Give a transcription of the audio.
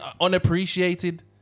unappreciated